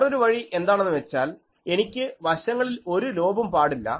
വേറൊരു വഴി എന്താണെന്ന് വെച്ചാൽ എനിക്ക് വശങ്ങളിൽ ഒരു ലോബും പാടില്ല